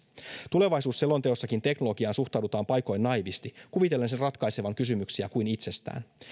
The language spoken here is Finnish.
tulevaisuusselonteossakin teknologiaan suhtaudutaan paikoin naiivisti kuvitellen sen ratkaisevan kysymyksiä kuin itsestään